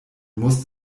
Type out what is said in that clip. musst